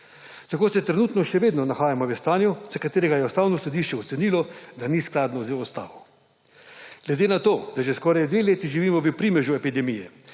Tako se trenutno še vedno nahajamo v stanju, za katerega je Ustavno sodišče ocenilo, da ni skladno z ustavo. Glede na to da že skoraj dve leti živimo v primežu epidemije,